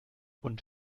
und